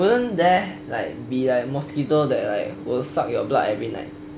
wouldn't there like be like mosquitoes that will suck your blood every night